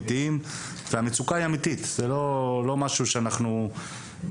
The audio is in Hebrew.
המצוקה אמיתית, זה לא משהו שלא קיים,